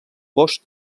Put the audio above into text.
bosc